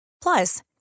Plus